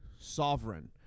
sovereign